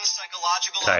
Psychological